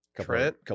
Trent